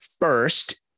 first